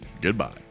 Goodbye